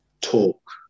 Talk